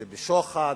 אם בשוחד,